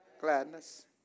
Gladness